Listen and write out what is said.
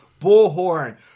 Bullhorn